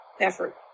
effort